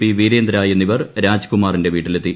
P Veerendra എന്നിവർ രാജീവ്കുമാറിന്റെ വീട്ടിലെത്തി